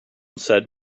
said